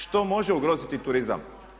Što može ugroziti turizam?